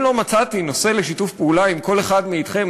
אם לא מצאתי נושא לשיתוף פעולה עם כל אחד מאתכם,